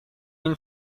این